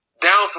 Down